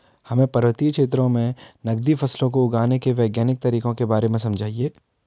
हमें पर्वतीय क्षेत्रों में नगदी फसलों को उगाने के वैज्ञानिक तरीकों के बारे में बताइये?